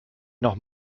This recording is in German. noch